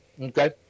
okay